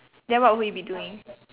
then what would he be doing